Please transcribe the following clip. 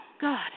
God